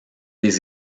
des